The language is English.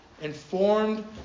informed